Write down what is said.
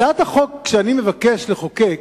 הצעת החוק שאני מבקש לחוקק